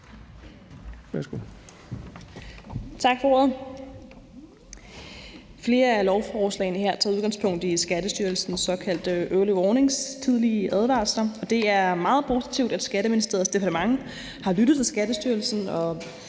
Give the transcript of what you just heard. Tak for ordet.